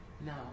No